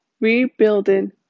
rebuilding